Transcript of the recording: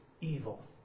evil